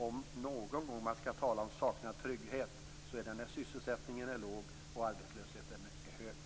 Om man någon gång skall tala om att sakna trygghet är det när sysselsättningen är låg och arbetslösheten hög.